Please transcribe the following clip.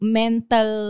mental